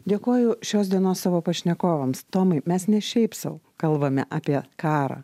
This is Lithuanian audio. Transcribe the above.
dėkoju šios dienos savo pašnekovams tomai mes ne šiaip sau kalbame apie karą